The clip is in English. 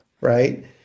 right